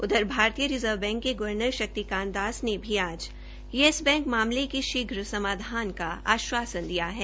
उधर भारतीय reserve bank के गर्वनर शक्तिकांत दास ने भी आज येस बैंक के मामले के शीघ्र समाधान का आश्वासन दिया है